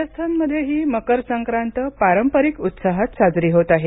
राजस्थानमध्येही मकर संक्रांत पारंपरिक उत्साहात साजरी होत आहे